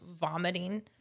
vomiting